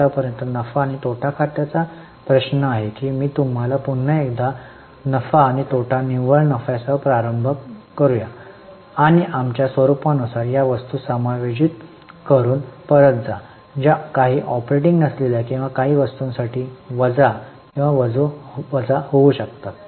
आतापर्यंत नफा आणि तोटा खात्याचा प्रश्न आहे की मी तुम्हाला पुन्हा एकदा नफा आणि तोटा निव्वळ नफ्यासह प्रारंभ करीत आहे आणि आमच्या स्वरूपानुसार या वस्तू समायोजित करुन परत जा ज्या काही ऑपरेटिंग नसलेल्या किंवा काही वस्तूंसाठी वजा किंवा वजा होऊ शकतात